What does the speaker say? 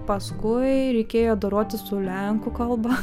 paskui reikėjo dorotis su lenkų kalba